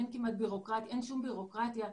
אין שום בירוקרטיה,